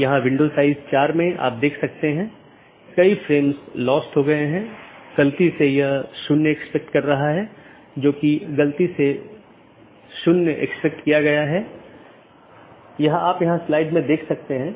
इसलिए आप देखते हैं कि एक BGP राउटर या सहकर्मी डिवाइस के साथ कनेक्शन होता है यह अधिसूचित किया जाता है और फिर कनेक्शन बंद कर दिया जाता है और अंत में सभी संसाधन छोड़ दिए जाते हैं